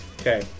Okay